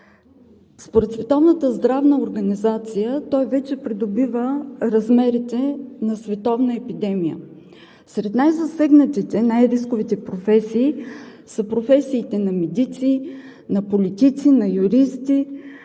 Според Световната здравна организация той вече придобива размерите на световна епидемия. Сред най-засегнатите, най-рисковите професии са професиите на медиците, на политиците, на юристите,